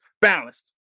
Balanced